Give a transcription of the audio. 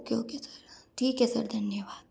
okay okay sir ठीक है sir धन्यवाद